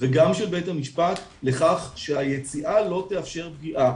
וגם של בית המשפט לכך שהיציאה לא תאפשר פגיעה,